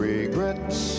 Regrets